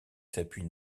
s’appuie